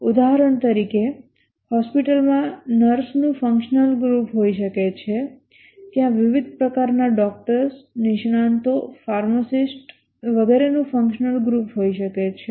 ઉદાહરણ તરીકે હોસ્પિટલમાં નર્સોનું ફંક્શનલ ગ્રુપ હોઈ શકે છે ત્યાં વિવિધ પ્રકારના ડોકટરો નિષ્ણાતો ફાર્માસિસ્ટ્સ વગેરે નું ફંક્શનલ ગ્રુપ હોઈ શકે છે